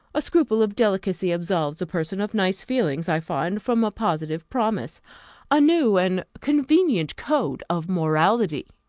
a scruple of delicacy absolves a person of nice feelings, i find, from a positive promise a new and convenient code of morality!